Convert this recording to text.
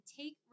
take